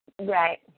Right